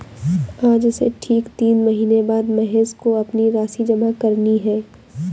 आज से ठीक तीन महीने बाद महेश को अपनी राशि जमा करनी है